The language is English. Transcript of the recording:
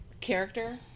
character